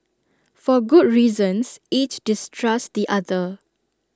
for good reasons each distrusts the other